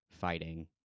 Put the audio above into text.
fighting